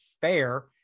fair